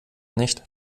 nicht